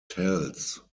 tells